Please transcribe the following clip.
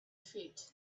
feet